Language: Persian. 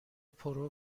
پرو